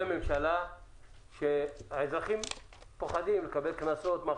האזרחים פוחדים לקבל קנסות,